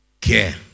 care